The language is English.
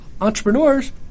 entrepreneurs